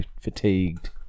fatigued